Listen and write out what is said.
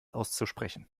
auszusprechen